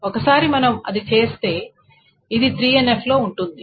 ఒకసారి మనం అది చేస్తే ఇది 3NF లో ఉంటుంది